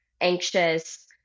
anxious